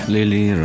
Lily